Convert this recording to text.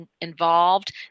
involved